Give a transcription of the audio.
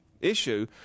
issue